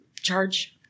charge